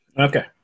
Okay